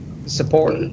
support